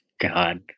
God